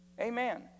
Amen